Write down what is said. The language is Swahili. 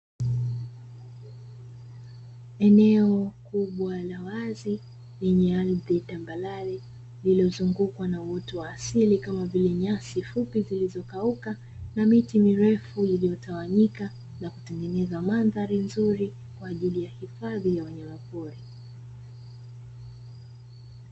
Eneo kubwa la wazi lenye ardhi tambarare, lililozungukwa na uoto wa asili kama vile nyasi fupi zilizokauka na miti mirefu iliyotawanyika na kutengeneza mandhari nzuri, kwa ajili ya hifadhi ya wanyamapori.